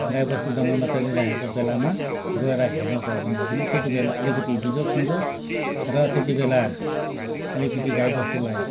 गाई बस्तु जङ्गलमा चरिरहेको बेलामा गएर हेर्ने कुरा पनि आएन त्यति बेला अलिकति बिजोग हुन्छ र त्यति बेला अलिकति गाई बस्तुलाई